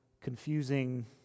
confusing